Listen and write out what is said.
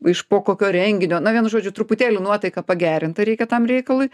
iš po kokio renginio na vienu žodžiu truputėlį nuotaiką pagerintą reikia tam reikalui